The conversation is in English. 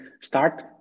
start